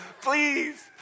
Please